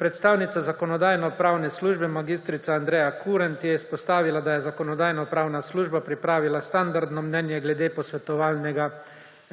Predstavnica Zakonodajno-pravne službe mag. Andreja Kurent je izpostavila, da je Zakonodajno-pravna služba pripravila standardno mnenje glede posvetovalnega